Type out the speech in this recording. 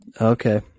Okay